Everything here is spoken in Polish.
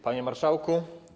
Panie Marszałku!